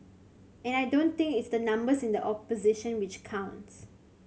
and I don't think it's the numbers in the opposition which counts